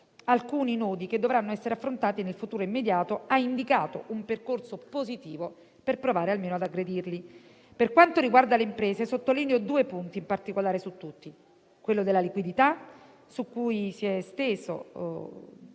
alcuni nodi che dovranno essere affrontati nel futuro immediato, ha indicato un percorso positivo per provare almeno ad aggredirli. Per quanto riguarda le imprese, sottolineo due punti in particolare su tutti. Il primo riguarda la liquidità, su cui si è estesa